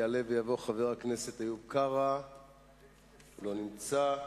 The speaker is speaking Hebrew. יעלה ויבוא חבר הכנסת איוב קרא, לא נמצא.